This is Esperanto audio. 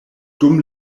dum